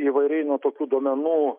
įvairiai nuo tokių duomenų